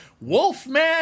Wolfman